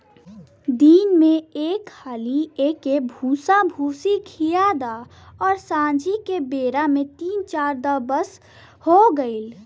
दिन में एक हाली एके भूसाभूसी खिया द अउरी सांझी के बेरा में तनी चरा द बस हो गईल